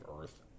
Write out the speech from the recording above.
Earth